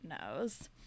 knows